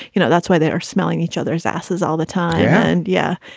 you know, that's why they are smelling each other's asses all the time. and yeah,